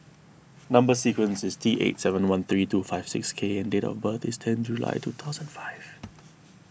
Number Sequence is T eight seven one three two five six K and date of birth is ten July two thousand five